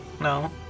No